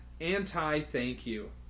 anti-thank-you